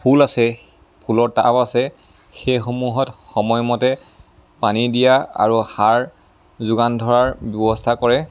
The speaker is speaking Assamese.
ফুল আছে ফুলত টাব আছে সেইসমূহত সময় মতে পানী দিয়া আৰু সাৰ যোগান ধৰাৰ ব্যৱস্থা কৰে